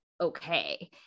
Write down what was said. okay